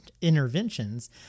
Interventions